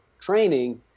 training